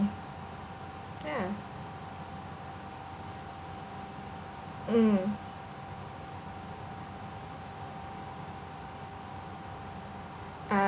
ya mm ah